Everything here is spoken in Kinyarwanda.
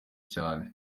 cyane